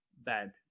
bad